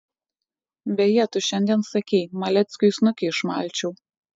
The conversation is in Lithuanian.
beje tu šiandien sakei maleckiui snukį išmalčiau